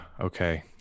okay